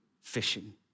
fishing